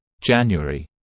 January